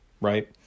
right